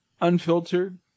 unfiltered